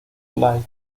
live